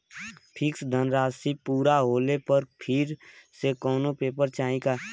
Fix धनराशी पूरा होले पर फिर से कौनो पेपर चाही का?